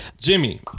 Jimmy